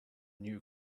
new